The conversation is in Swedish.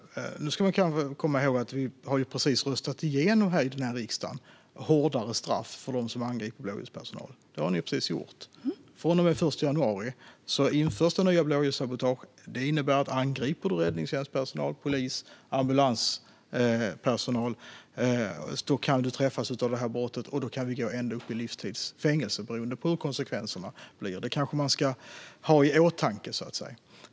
Herr talman! Nu ska man komma ihåg att riksdagen precis har röstat igenom hårdare straff för dem som angriper blåljuspersonal. Det har ni precis gjort. Den 1 januari införs det nya blåljussabotagebrottet. Det innebär att du, om du angriper räddningstjänstpersonal, polis eller ambulanspersonal, kan träffas av det brottet. Då kan du få ända upp till livstids fängelse, beroende på hur konsekvenserna blir. Det kanske man ska ha i åtanke.